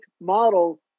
model